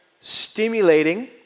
stimulating